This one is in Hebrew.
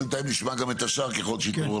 בינתיים נשמע את שאר הדוברים.